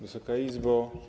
Wysoka Izbo!